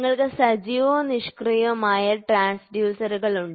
നിങ്ങൾക്ക് സജീവവും നിഷ്ക്രിയവുമായ ട്രാൻസ്ഡ്യൂസറുകൾ ഉണ്ട്